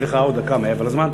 נתתי לך דקה מעבר לזמן.